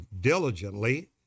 diligently